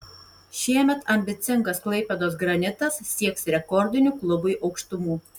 šiemet ambicingas klaipėdos granitas sieks rekordinių klubui aukštumų